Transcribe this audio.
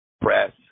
press